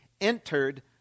entered